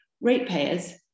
Ratepayers